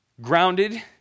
grounded